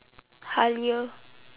Halia